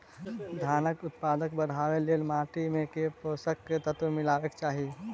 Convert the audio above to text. धानक उत्पादन बढ़ाबै लेल माटि मे केँ पोसक तत्व मिलेबाक चाहि?